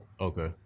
Okay